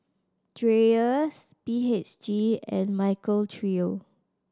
Dreyers B H G and Michael Trio